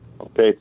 Okay